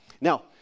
Now